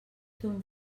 ton